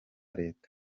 leta